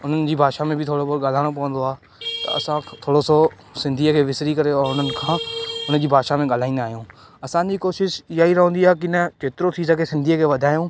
उन्हनि जी भाषा में बि थोरो ॻाल्हाइणो पवंदो आहे त असां थोरो सो सिंधीअ खे विसरी करे और उन्हनि खां उनजी भाषा में ॻाल्हाईंदा आहियूं असांजी कोशिशि इहा ई रहंदी आहे की न जेतिरो थी सघे सिंधीअ खे वधाइयूं